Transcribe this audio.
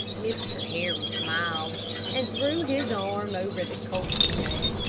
mr. harry smiled and threw his arm over the colt's neck.